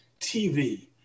TV –